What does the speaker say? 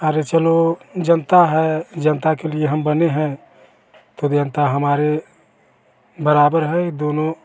अरे चलो जनता है जनता के लिए हम बने हैं तो भी जनता हमारे बराबर है दोनों